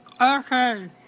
Okay